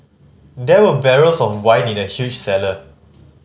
there were barrels of wine in the huge cellar